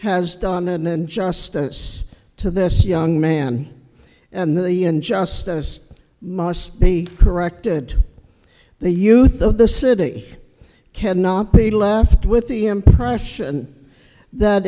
has done and justice to this young man and the and justice must be corrected the youth of the city cannot be left with the impression that